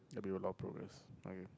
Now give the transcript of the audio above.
that'll be a lot of progress okay